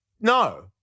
No